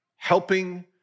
helping